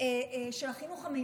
של החינוך המיוחד.